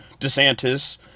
DeSantis